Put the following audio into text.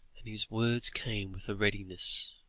and his words came with a readiness,